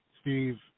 Steve